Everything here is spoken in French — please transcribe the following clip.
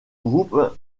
groupe